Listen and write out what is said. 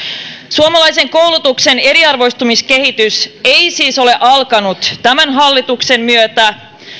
suomalaisen koulutuksen eriarvoistumiskehitys ei siis ole alkanut tämän hallituksen myötä